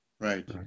Right